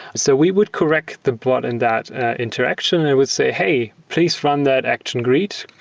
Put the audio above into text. so we would correct the bot in that interaction and would say, hey, please run that action greet.